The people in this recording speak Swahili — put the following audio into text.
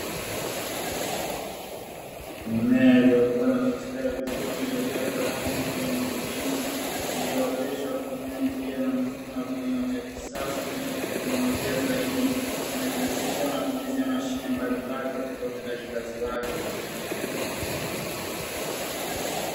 Mimea iliyokua na kustawi vizuri iliyopea kwa rangi ya kijani kibichi, iliyooteshwa kutumia njia na mfumo wa kisasa na cha kiteknolojia zaidi, kinachohusisha matumizi ya mashine mbalimbali katika utendaji kazi wake.